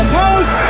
post